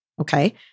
Okay